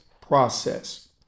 process